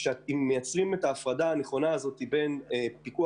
כשמייצרים את ההפרדה הנכונה בנושאי הפיקוח,